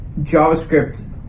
JavaScript